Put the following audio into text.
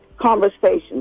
conversations